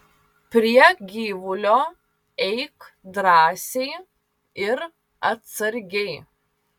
prie gyvulio eik drąsiai ir atsargiai